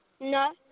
No